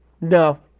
No